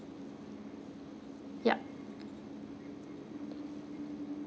yup